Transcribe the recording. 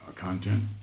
content